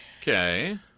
Okay